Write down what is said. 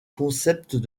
concept